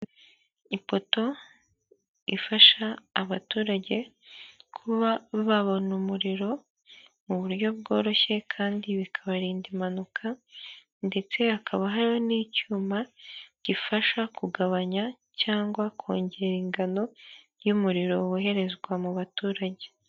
Ipoto ifasha abaturage kuba babona umuriro mu buryo bworoshye kandi bikabarinda impanuka ndetse hakaba hari n'icyuma gifasha kugabanya cyangwa kongera ingano y'umuriro woherezwa mu baturage.